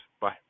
Bye